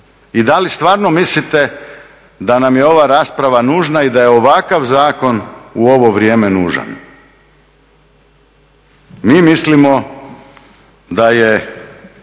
I da li stvarno mislite da nam je ova rasprava nužna i da je ovakav zakon u ovo vrijeme nužan? Mi mislimo da je